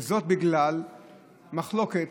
זאת בגלל מחלוקת